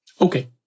Okay